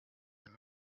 and